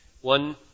one